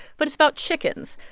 but it's about chickens.